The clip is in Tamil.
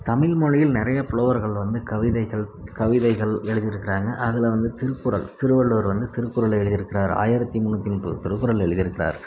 தமிழ்மொழியில் நிறைய புலவர்கள் வந்து கவிதைகள் கவிதைகள் எழுதிருக்கிறாங்க அதில் வந்து திருக்குறள் திருவள்ளுவர் வந்து திருக்குறளை எழுதிருக்கிறாரு ஆயிரத்து முன்னூற்றி முப்பது திருக்குறள் எழுதிருக்கிறாரு